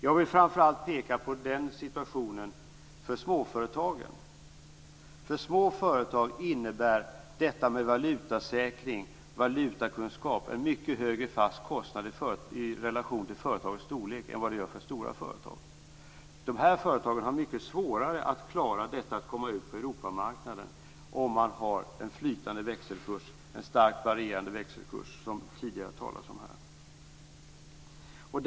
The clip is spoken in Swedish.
Jag vill framför allt peka på situationen för småföretagen. För små företag innebär valutasäkring och valutakunskap en mycket högre fast kostnad i relation till företagens storlek än vad som är fallet för stora företag. En flytande växelkurs, en starkt varierande växelkurs gör det mycket svårare för de här företagen att klara av att komma ut på Europamarknaden, något som andra talare tidigare har nämnt.